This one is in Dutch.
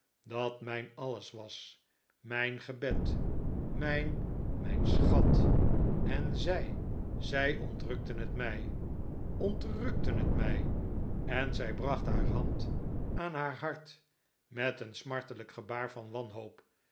dat mijn alles was mijn gebed mijn mijn schat en zij zij ontrukten het mij ontrukten het mij en zij bracht haar hand aan haar hart met een smartelijk gebaar van wanhoop